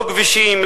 לא כבישים,